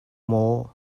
more